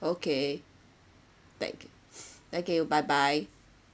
okay thank you okay bye bye